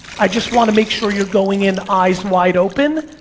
i just wanna make sure you're going in eyes wide open,